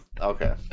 okay